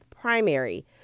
primary